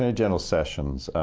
ah general sessions.